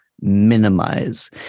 minimize